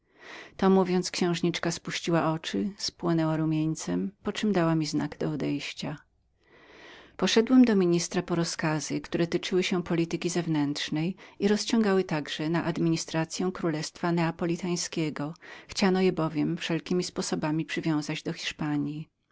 to mówiąc księżniczka spuściła oczy spłonęła rumieńcem poczem dała mi znak do odejścia poszedłem do ministra po rozkazy które tyczyły się polityki zewnętrznej i rozciągały także do administracyi królestwa neapolitańskiego chciano je bowiem wszelkiemi sposobami przywiązać do hiszpanji